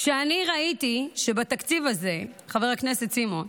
כשאני ראיתי שבתקציב הזה, חבר הכנסת סימון,